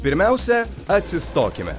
pirmiausia atsistokime